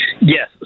Yes